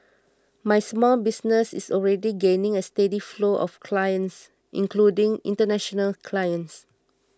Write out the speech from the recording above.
my small business is already gaining a steady flow of clients including international clients